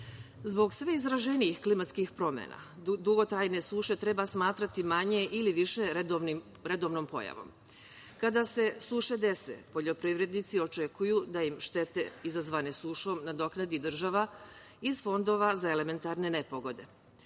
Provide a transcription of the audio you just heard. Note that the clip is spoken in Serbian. sve izraženijih klimatskih promena, dugotrajne suše, treba smatrati manje ili više redovnom pojavom. Kada se suše dese, poljoprivrednici očekuju da im štete izazvane sušom nadoknadi država iz fondova za elementarne nepogode.